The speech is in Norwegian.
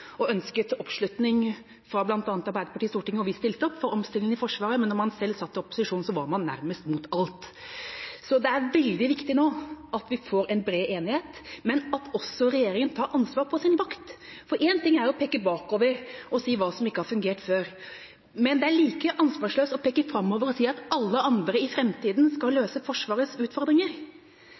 og ønsket oppslutning fra bl.a. Arbeiderpartiet i Stortinget, og vi stilte opp for omstillinga i Forsvaret, men da man selv satt i opposisjon, var man nærmest mot alt. Så det er veldig viktig nå at vi får en bred enighet, men at også regjeringa tar ansvar på sin vakt. For en ting er å peke bakover og si hva som ikke har fungert før, men det er like ansvarsløst å peke framover og si at alle andre i framtiden skal løse Forsvarets utfordringer.